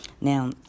Now